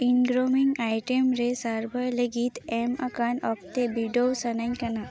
ᱤᱧ roaming item ᱨᱮ ᱥᱟᱨᱵᱷᱟᱨ ᱞᱟᱹᱜᱤᱫ ᱮᱢ ᱟᱠᱟᱱ ᱚᱠᱛᱮ ᱵᱤᱰᱟᱹᱣ ᱥᱟᱱᱟᱧ ᱠᱟᱱᱟ